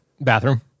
Bathroom